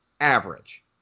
average